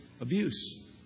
Abuse